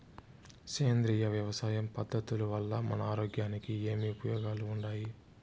సేంద్రియ వ్యవసాయం పద్ధతుల వల్ల మన ఆరోగ్యానికి ఏమి ఉపయోగాలు వుండాయి?